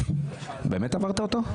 באמת עברת אותו?